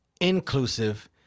inclusive